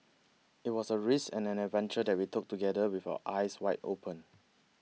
it was a risk and an adventure that we took together with our eyes wide open